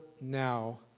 now